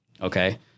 Okay